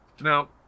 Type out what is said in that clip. Now